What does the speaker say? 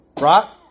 Right